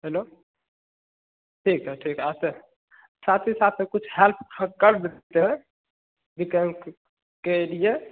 hello ठीक है ठीक आते हैं साथ ही साथ में कुछ हेल्प हम कर देते हैं विकलांग के लिए